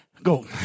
Go